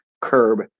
curb